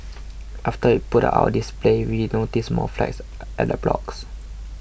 after we put our display we noticed more flags at the blocks